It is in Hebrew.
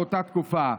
באותה תקופה.